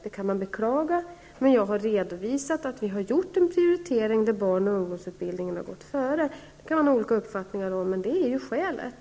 Det kan man beklaga, men jag har redovisat att vi har gjort en prioritering, där barnoch ungdomsutbildningen har gått före. Vi kan ha olika uppfattningar om detta, men det är skälet.